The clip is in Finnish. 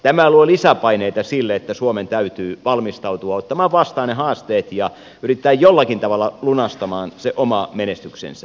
tämä luo lisäpaineita sille että suomen täytyy valmistautua ottamaan vastaan ne haasteet ja yrittää jollakin tavalla lunastaa se oma menestyksensä